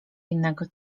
innego